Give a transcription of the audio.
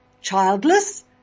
childless